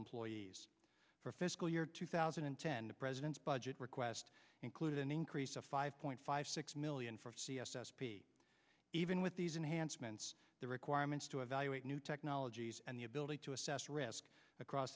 employees for fiscal year two thousand and ten the president's budget request included an increase of five point five six million for c s s even with these enhanced ments the requirements to evaluate new technologies and the ability to assess risk across